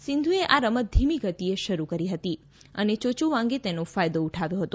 સિંધુએ આ રમત ધીમી ગતિએ શરૂ કરી હતી અને ચોયુવાંગે તેનો ફાયદો ઉઠાવ્યોહતો